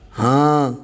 हँ